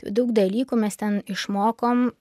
daug dalykų mes ten išmokom